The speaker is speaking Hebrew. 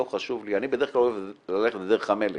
לא חשוב לי --- בדרך כלל אני אוהב ללכת בדרך המלך,